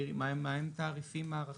תזכירי לי, מהם תעריפים מערכתיים?